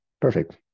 Perfect